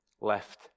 left